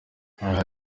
yagize